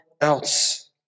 else